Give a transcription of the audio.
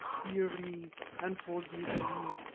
hear me and forgive me.